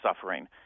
suffering